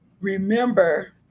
remember